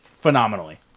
phenomenally